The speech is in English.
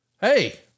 Hey